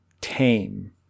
tame